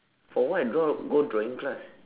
for what draw go drawing class